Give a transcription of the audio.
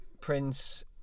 prince